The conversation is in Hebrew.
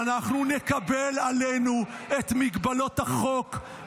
ואנחנו נקבל עלינו את מגבלות החוק,